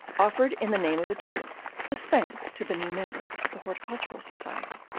offered, in the name of the tulip, his thanks to the new member of the horticultural society.